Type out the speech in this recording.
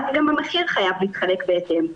גם המחיר חייב להתחלק בהתאם.